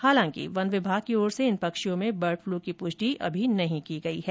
हालांकि वन विभाग की ओर से इन पक्षियों में बर्ड फ्लू की पुष्टि अभी नहीं की गई है